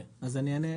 זה נכון?